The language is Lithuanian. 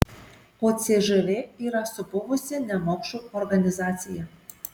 o cžv yra supuvusi nemokšų organizacija